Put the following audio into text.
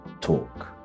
Talk